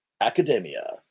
academia